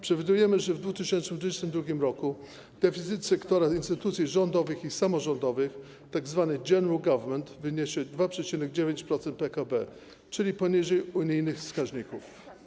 Przewidujemy, że w 2022 r. deficyt sektora instytucji rządowych i samorządowych, tzw. general government, wyniesie 2,9% PKB, czyli poniżej unijnych wskaźników.